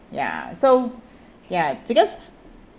ya so ya because